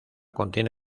contiene